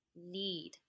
need